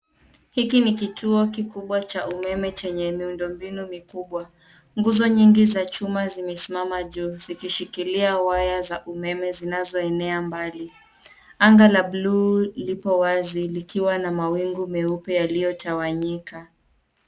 Hiki ni kituo kikubwa cha umeme chenye miundo mbinu mikubwa. Nguzo nyingi za chuma zimesimama juu zikishikilia waya za umeme zinazoenea mbali. Anga la blue lipo wazi likiwa na mawingu meupe yaliyo tawanyika.